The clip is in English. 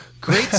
great